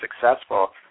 successful